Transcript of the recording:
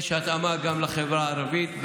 יש התאמה גם לחברה הערבית,